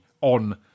on